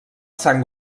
sang